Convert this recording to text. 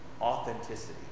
Authenticity